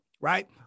right